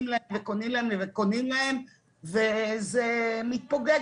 להם וקונים להם וקונים להם וזה מתפוגג.